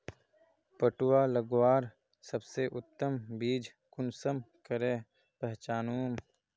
पटुआ लगवार सबसे उत्तम बीज कुंसम करे पहचानूम?